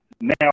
now